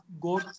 go